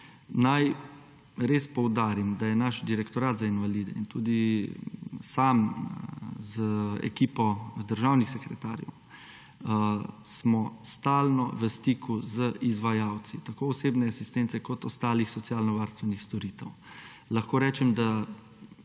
Naj res poudarim, da je naš Direktorat za invalide in tudi sam z ekipo državnih sekretarjev smo stalno v stiku z izvajalci tako osebne asistence kot ostalih socialnovarstvenih storitev. Lahko rečem, da